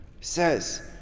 says